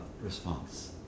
response